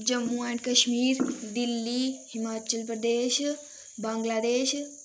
Jammu and Kashmir Delhi Himachal Pradesh Bangladesh